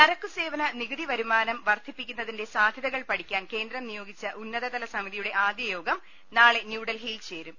ചരക്കുസേവന നികുതി വരുമാനം വർദ്ധിപ്പിക്കുന്നതിന്റെ സാധൃതകൾ പഠിക്കാൻ കേന്ദ്രം നിയോഗിച്ച ഉന്നതലസമി തിയുടെ ആദ്യയോഗം നാളെ ന്യൂഡൽഹിയിൽ ചേരും